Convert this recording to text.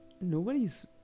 Nobody's